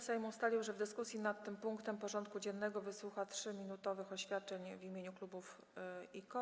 Sejm ustalił, że w dyskusji nad tym punktem porządku dziennego wysłucha 3-minutowych oświadczeń w imieniu klubów i koła.